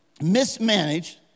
mismanaged